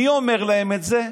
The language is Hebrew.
מי אומר להם את זה?